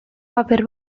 paper